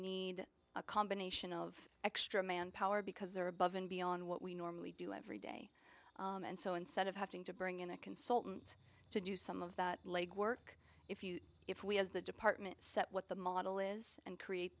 need a combination of extra manpower because there are above and beyond what we normally do every day and so instead of having to bring in a consultant to do some of that legwork if you if we as the department set what the model is and create